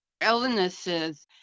illnesses